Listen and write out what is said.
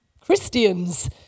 Christians